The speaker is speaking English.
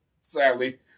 Sadly